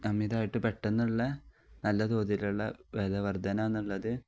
അമിതമായിട്ട് പെട്ടെന്നുള്ള നല്ല തോതിലുള്ള വിലവർദ്ധന എന്നുള്ളത്